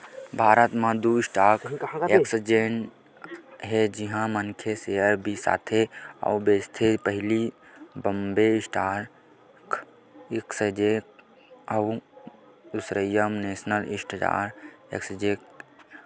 भारत म दू stock exchange हे जिहाँ मनखे सेयर बिसाथे अउ बेंचथे पहिली बॉम्बे स्टॉक एक्सचेंज अउ दूसरइया नेसनल स्टॉक एक्सचेंज